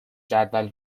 جدول